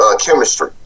chemistry